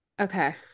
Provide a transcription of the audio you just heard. Okay